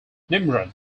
nimrod